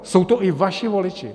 Jsou to i vaši voliči.